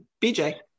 BJ